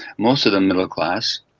most of them middle class,